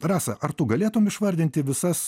rasa ar tu galėtum išvardinti visas